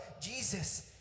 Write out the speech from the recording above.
Jesus